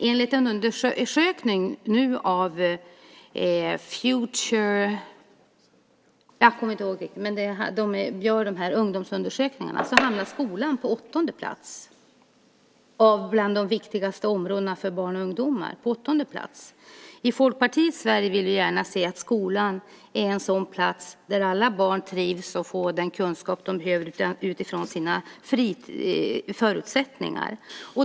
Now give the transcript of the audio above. Enligt en ungdomsundersökning, jag minns inte namnet, hamnar skolan på åttonde plats bland de viktigaste områdena för barn och ungdomar. I Folkpartiets Sverige vill vi gärna se att skolan är en sådan plats där alla barn trivs och får den kunskap de behöver utifrån sina förutsättningar.